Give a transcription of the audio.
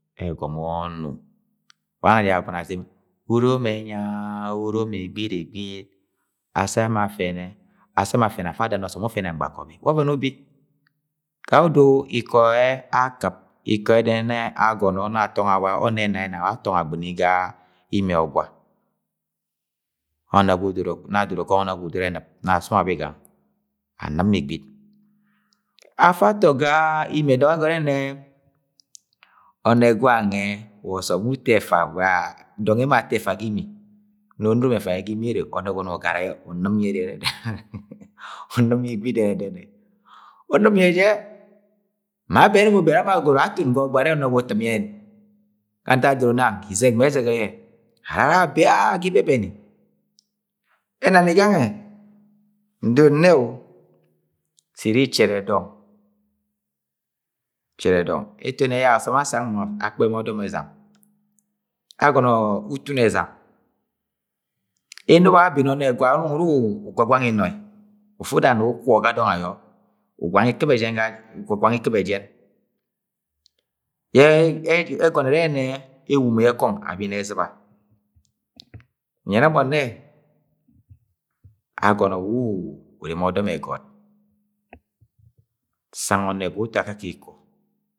Ẹ ẹgọmọ ọnu wa nwẹ ẹna agwagune azem, “urom enya urom igbit Igbit assẹ mọ afẹnẹ” Assẹ mọ afẹnẹ afa ada na ọsọm wu ufẹnẹ ngbakọbi, wa ọvẹn ubi gayẹodo iko̱ẹ akɨp ikọẹ dẹnẹnẹ agọnọ nọ atọngọ awa, ọnnẹ ẹna yẹ ni awa atọngo agbɨni ga imi o̱gwa, nọ adoro kọng ọnẹgwa udọro enɨp nọ asu mọ abigang anɨm mọ igbot. Afa atọ ga imi ẹdọng yẹ egọrẹ ne onegwa ngẹ wa osọm wu uto efa wa dong emo ara ato ẹga ga imi, no onurom efa ye ga imi ere onẹgwa unong ugara yẹ unɨm yẹ dẹnẹnẹ unɨm yẹigbit dẹnẹnẹ unɨm yẹ jẹ ma abeni mọ ubeni ama agọro aja aton ga ọgba arẹ ọnẹgwa utɨm ye ni ga ntak adoro nang izẹk mẹ ẹzẹgẹ yẹ ara ara abe a aga ibẹbẹni ẹnani gamgẹ ndod nne- o sẹ iri ichẹrẹ dọng, ichere dọng etoni ẹyak asọm bẹ agọnọ utum ezam enobo yẹ abene ọnẹgwa unọng uru ugwagwang ìnọì ufu uda na ukwọ ga dọng ayọ, ugwagwang ikɨp ẹjẹn yẹ egọnọ ẹrẹ ẹwumo yẹ kong abíní ẹzɨba, nyẹnẹ mọ nnẹ agọnọ wu ureme ọdom ẹgọt sang onegwa wu uto akakẹ ikọ.